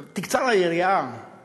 תקצר היריעה